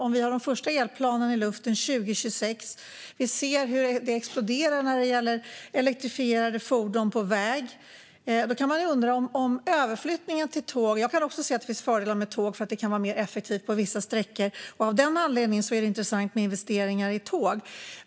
Om vi har de första elplanen i luften 2026 och vi ser hur utvecklingen exploderar när det gäller elektrifierade fordon på väg kan man ställa sig undrande till överflyttningen till tåg. Jag kan också se att det finns fördelar med tåg för att det kan vara mer effektivt på vissa sträckor. Av den anledningen är det intressant med investeringar i tåg.